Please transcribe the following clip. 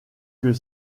que